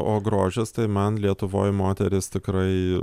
o grožis tai man lietuvoj moterys tikrai